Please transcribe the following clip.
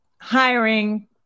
hiring